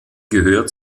gehört